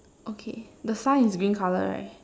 okay the sign is green colour right